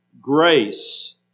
Grace